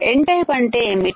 N type అంటే ఏంటి